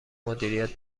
مدیریت